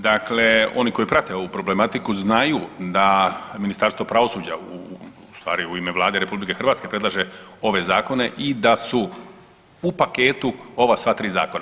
Dakle, oni koji prate ovu problematiku znaju da Ministarstvo pravosuđa ustvari u ime Vlade RH predlaže ove zakone i da su u paketu ova sva 3 zakona.